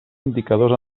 indicadors